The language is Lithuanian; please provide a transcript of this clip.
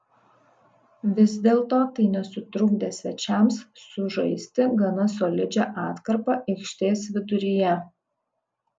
vis dėlto tai nesutrukdė svečiams sužaisti gana solidžią atkarpą aikštės viduryje